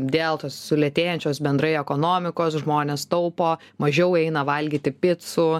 dėl tos sulėtėjančios bendrai ekonomikos žmonės taupo mažiau eina valgyti picų